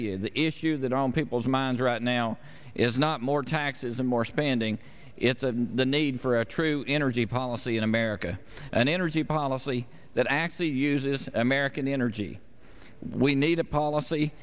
you the issue that on people's minds right now is not more taxes and more spending it's a need for a true energy policy in america an energy policy that actually uses american energy we need a policy